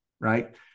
right